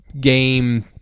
game